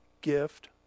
gift